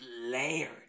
layered